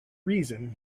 reason